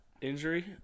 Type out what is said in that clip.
Injury